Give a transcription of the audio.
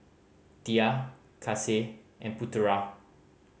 Dhia Kasih and Putera